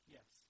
Yes